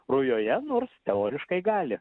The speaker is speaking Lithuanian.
rujoje nors teoriškai gali